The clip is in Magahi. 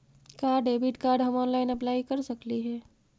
का डेबिट कार्ड ला हम ऑनलाइन अप्लाई कर सकली हे?